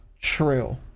True